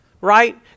right